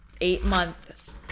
eight-month